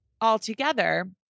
altogether